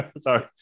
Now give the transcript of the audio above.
Sorry